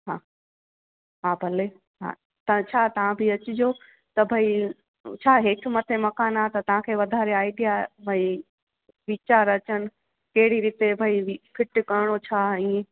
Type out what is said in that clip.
हा हा भले हा त छा तव्हां बि अचिजो त भई छा हेठि मथे मकान आहे त तव्हांखे वधारे आईडिया भई विचारु अचनि कहिड़ी जॻह पाईप बि फिट करणो छा ईअं